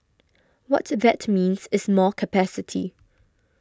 what that means is more capacity